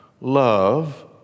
love